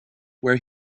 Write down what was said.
where